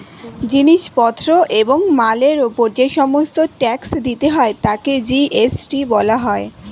জিনিস পত্র এবং মালের উপর যে সমস্ত ট্যাক্স দিতে হয় তাকে জি.এস.টি বলা হয়